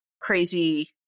crazy